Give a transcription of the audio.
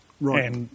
Right